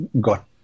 got